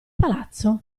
palazzo